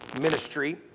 ministry